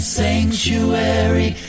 sanctuary